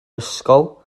ysgol